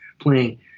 playing